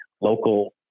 local